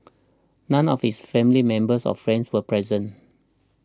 none of his family members or friends were present